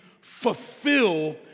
fulfill